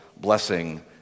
blessing